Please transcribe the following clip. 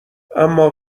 اما